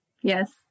Yes